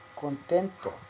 contento